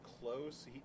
Close